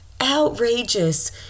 outrageous